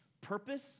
Purpose